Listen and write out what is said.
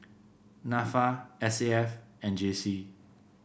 NAFA S A F and J C